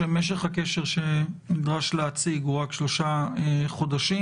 משך הקשר שנדרש להציג הוא רק שלושה חודשים.